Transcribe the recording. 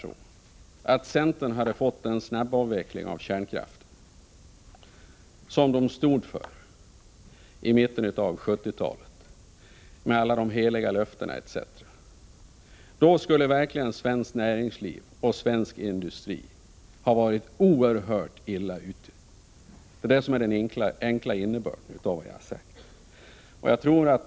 Om centern hade fått den snabbavveckling av kärnkraften som de stod för i mitten av 1970-talet — med alla heliga löften som gavs — skulle verkligen svenskt näringsliv och svensk industri ha varit oerhört illa ute. Det är den enkla innebörden av vad jag har sagt.